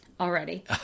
already